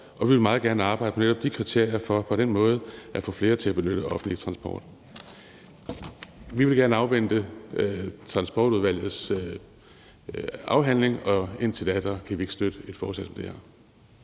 og vi vil meget gerne arbejde med netop de kriterier for på den måde at få flere til at benytte offentlig transport. Vi vil gerne afvente transportudvalgets afhandling, og indtil da kan vi ikke støtte et forslag som det her.